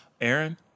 Aaron